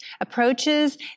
approaches